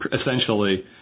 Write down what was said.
essentially